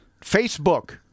Facebook